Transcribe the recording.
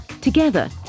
Together